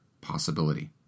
possibility